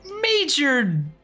major